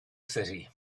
city